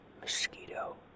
mosquito